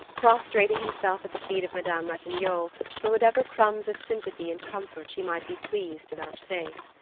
prostrating himself at the feet of madame ratignolle for whatever crumbs of sympathy and comfort she might be pleased to vouchsafe.